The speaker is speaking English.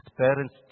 parents